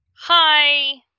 hi